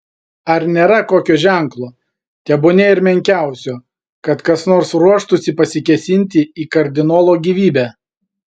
ar nėra kokio ženklo tebūnie ir menkiausio kad kas nors ruoštųsi pasikėsinti į kardinolo gyvybę